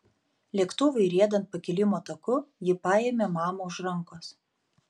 lėktuvui riedant pakilimo taku ji paėmė mamą už rankos